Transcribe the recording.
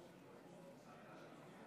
הודעה למזכירת הכנסת,